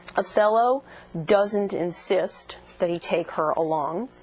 othello doesn't insist that he take her along.